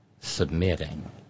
Submitting